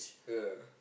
yeah